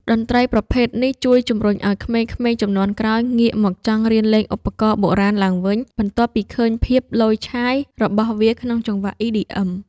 តន្ត្រីប្រភេទនេះជួយជំរុញឱ្យក្មេងៗជំនាន់ក្រោយងាកមកចង់រៀនលេងឧបករណ៍បុរាណឡើងវិញ បន្ទាប់ពីឃើញភាពឡូយឆាយរបស់វាក្នុងចង្វាក់ EDM។